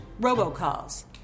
robocalls